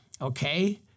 Okay